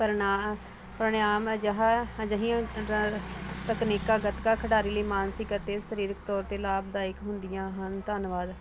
ਪਰਨਾ ਪ੍ਰਣਾਯਮ ਅਜਿਹਾ ਅਜਿਹੀਆਂ ਤਕਨੀਕਾ ਗਤਕਾ ਖਿਡਾਰੀ ਲਈ ਮਾਨਸਿਕ ਅਤੇ ਸਰੀਰਕ ਤੌਰ 'ਤੇ ਲਾਭਦਾਇਕ ਹੁੰਦੀਆਂ ਹਨ ਧੰਨਵਾਦ